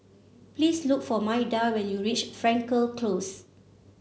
please look for Maida when you reach Frankel Close